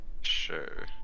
Sure